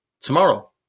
tomorrow